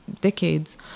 decades